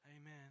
Amen